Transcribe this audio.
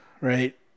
Right